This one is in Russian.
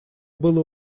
было